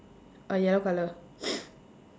uh yellow colour